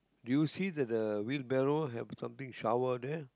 you see that the wheel barrow have something shower there